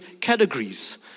categories